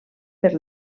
per